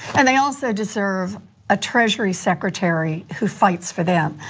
and they also deserve a treasury secretary who fights for them.